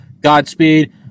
Godspeed